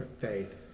faith